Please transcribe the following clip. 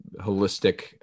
holistic